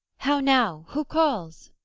how now, who calls?